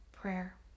prayer